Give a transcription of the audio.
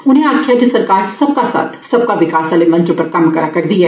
उनें आक्खेआ जे सरकार सबका साथ सबका विकास आहले मंत्र उप्पर कम्म करा करदी ऐ